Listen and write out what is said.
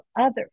others